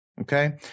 Okay